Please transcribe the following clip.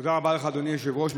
תודה רבה לך, אדוני היושב-ראש.